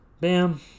Bam